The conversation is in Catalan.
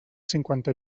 cinquanta